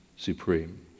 Supreme